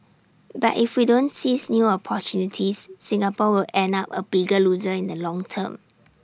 but if we don't seize new opportunities Singapore will end up A bigger loser in the long term